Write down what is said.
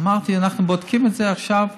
אמרתי, אנחנו בודקים את זה עכשיו,